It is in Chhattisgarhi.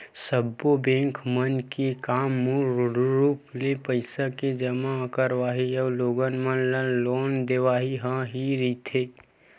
सब्बो बेंक मन के काम मूल रुप ले पइसा के जमा करवई अउ लोगन मन ल लोन देवई ह ही रहिथे